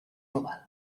global